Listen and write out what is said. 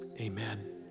Amen